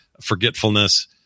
forgetfulness